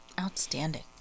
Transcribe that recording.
Outstanding